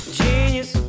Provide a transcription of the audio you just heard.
genius